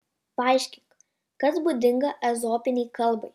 paaiškink kas būdinga ezopinei kalbai